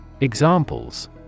Examples